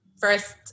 first